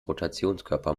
rotationskörper